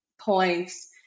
points